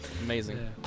Amazing